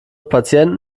patienten